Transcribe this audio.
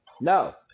No